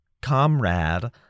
comrade